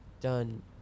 done